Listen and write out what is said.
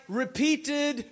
repeated